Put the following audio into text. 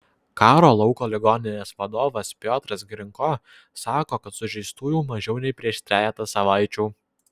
karo lauko ligoninės vadovas piotras grinko sako kad sužeistųjų mažiau nei prieš trejetą savaičių